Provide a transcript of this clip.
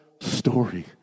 story